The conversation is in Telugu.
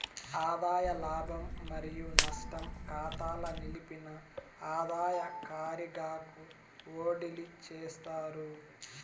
ఆదాయ లాభం మరియు నష్టం కాతాల నిలిపిన ఆదాయ కారిగాకు ఓడిలీ చేస్తారు